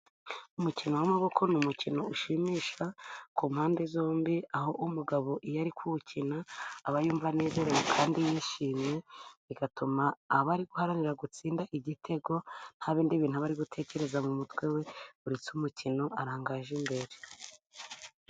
Umukino w'amaboko ni umukino ushimisha ku mpande zombi, aho umugabo iyo ari kuwukina, aba yumva anezerewe, kandi yishimye, bigatuma aba ari guharanira gutsinda igitego, nta bindi bintu aba ari gutekereza , mu mutwe we, uretse umukino arangaje imbere.